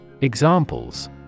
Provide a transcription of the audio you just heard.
Examples